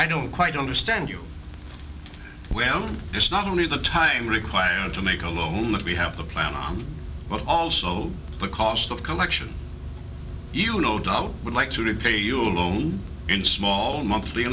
i don't quite understand you well it's not only the time required to make a loan that we have a plan but also the cost of collection you no doubt would like to repay you alone in small monthly